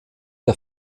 der